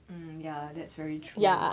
mm ya that's very true